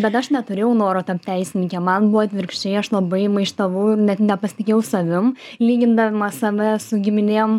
bet aš neturėjau noro tapt teisininke man buvo atvirkščiai aš labai maištavau ir net nepasitikėjau savim lygindama save su giminėm